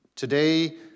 Today